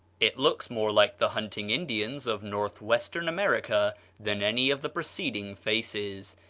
it looks more like the hunting indians of north-western america than any of the preceding faces.